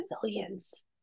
civilians